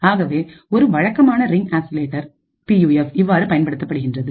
ஆகவே ஒரு வழக்கமான ரிங் ஆசிலேட்டர் பியூஎஃப் இவ்வாறாக பயன்படுத்தப்படுகின்றது